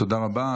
תודה רבה.